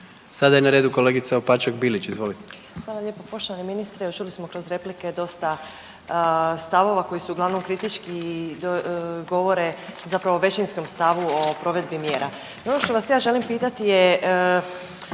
Bilić, Marina (Nezavisni)** Hvala lijepo. Poštovani ministre, čuli smo kroz replike dosta stavova koji su uglavnom kritički i govore o većinskom stavu o provedbi mjera. No ono što vas ja želim pitati je